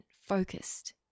focused